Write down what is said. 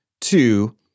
Two